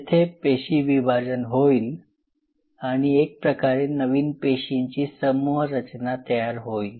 येथे पेशी विभाजन होईल आणि एक प्रकारे नवीन पेशींची समूहरचना तयार होईल